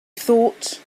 thought